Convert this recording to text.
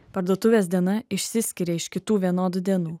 parduotuvės diena išsiskiria iš kitų vienodų dienų